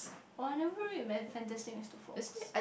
oh I never read Fantastic-Mr-Fox